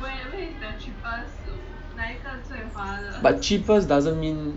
but cheapest doesn't mean